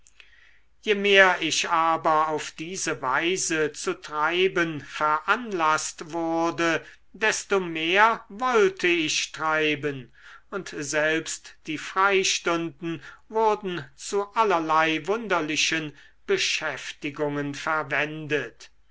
je mehr ich aber auf diese weise zu treiben veranlaßt wurde desto mehr wollte ich treiben und selbst die freistunden wurden zu allerlei wunderlichen beschäftigungen verwendet